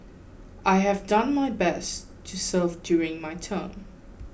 I have done my best to serve during my term